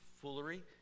foolery